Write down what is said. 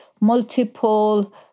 multiple